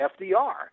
FDR